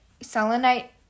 selenite